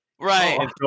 Right